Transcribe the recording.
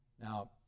Now